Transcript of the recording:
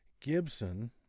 Gibson